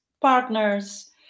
partners